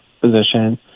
position